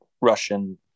Russian